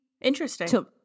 Interesting